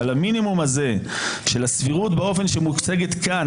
אבל המינימום הזה של הסבירות באופן שהוא מוצג כאן,